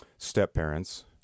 Step-parents